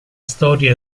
storia